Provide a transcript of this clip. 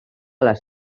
les